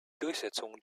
durchsetzung